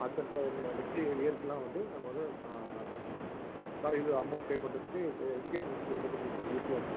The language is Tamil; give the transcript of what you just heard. அடுத்தடுத்த நெ நெக்ஸ்ட்டு இயர் இயர்க்கெலாம் வந்து நாங்கள் வந்து ஸாரி இது அமௌண்ட் பே பண்ணுறதுக்கு இப்போ எஜுகேஷன் லோன் கொடுக்கறதுக்கு கொஞ்சம் ஈஸியாக இருக்கும்